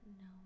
no